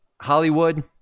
Hollywood